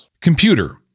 Computer